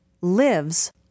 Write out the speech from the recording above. lives